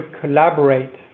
collaborate